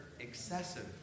excessive